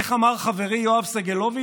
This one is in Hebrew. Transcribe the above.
איך אמר חברי יואב סגלוביץ'?